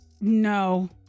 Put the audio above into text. no